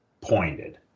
pointed